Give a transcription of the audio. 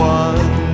one